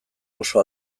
oso